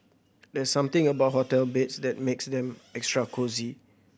there's something about hotel beds that makes them extra cosy